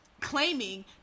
claiming